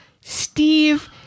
Steve